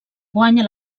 guanya